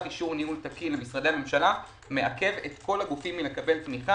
אישור ניהול תקין למשרדי הממשלה מעכב את כל הגופים מקבלת תמיכה.